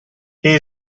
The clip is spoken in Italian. che